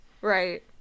Right